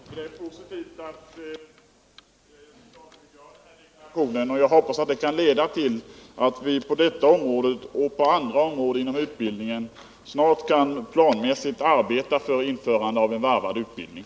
Herr talman! Det är positivt att Stig Alemyr gav denna deklaration. Jag hoppas att det kommer att leda till att vi på detta och på andra områden inom utbildningen snart kan arbeta planmässigt på införandet av varvad utbildning.